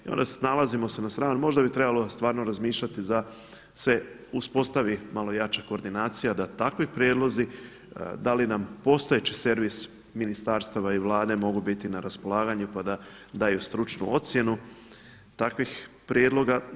I onda … na stranu, možda bi trebalo stvarno razmišljati da se uspostavi malo jača koordinacija, da takvi prijedlozi da li nam postojeći servis ministarstava i Vlade mogu biti na raspolaganju pa daju stručnu ocjenu takvih prijedloga.